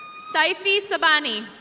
sifie sebany.